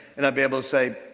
and i'd be able to say,